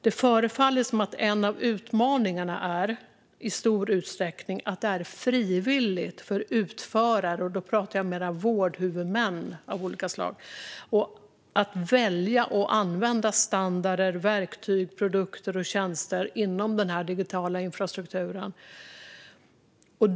Det förefaller i stor utsträckning som om en av utmaningarna är att det är frivilligt för utförare, och då pratar jag mer vårdhuvudmän av olika slag, att välja att använda standarder, verktyg, produkter och tjänster inom den digitala infrastrukturen.